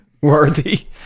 worthy